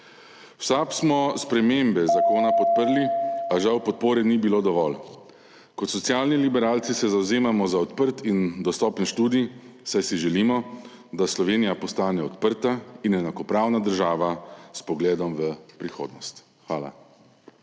V SAB smo spremembe zakona podprli, a žal podpore ni bilo dovolj. Kot socialni liberalci se zavzemamo za odprt in dostopen študij, saj si želimo, da Slovenija postane odprta in enakopravna država s pogledom v prihodnost. Hvala.